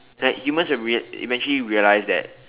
like humans will re~ eventually realize that